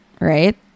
right